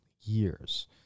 years